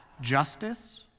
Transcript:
justice